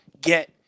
get